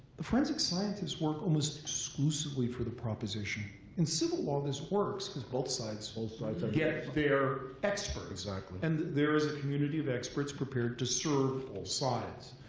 the forensic scientists work almost exclusively for the proposition. in civil law, this works, because both sides both sides get their experts. ah and there is a community of experts prepared to serve both sides.